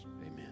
Amen